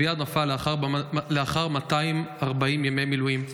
אביעד נפל לאחר 240 ימי מילואים.